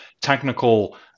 Technical